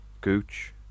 Gooch